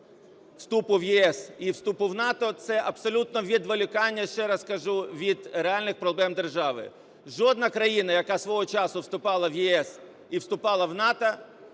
вступу в ЄС і вступу в НАТО – це абсолютне відволікання, ще раз кажу, від реальних проблем держави. Жодна країна, яка свого часу вступала в ЄС і вступала в НАТО,